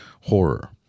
horror